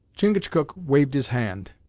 chingachgook waved his hand.